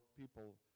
people